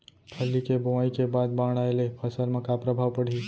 फल्ली के बोआई के बाद बाढ़ आये ले फसल मा का प्रभाव पड़ही?